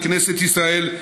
לכנסת ישראל,